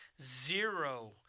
zero